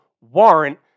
warrant